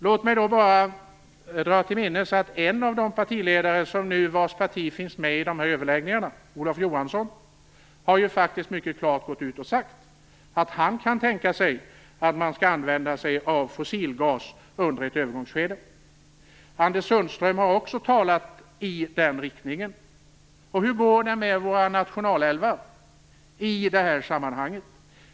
Låt mig då bara påminna om att en av de partiledare vars parti nu finns med i energiöverläggningarna - Olof Johansson - mycket klart har uttalat att han kan tänka sig att man använder fossilgas under en övergångstid. Anders Sundström har också uttalat sig i den riktningen. Och hur går det med våra nationalälvar i det här sammanhanget?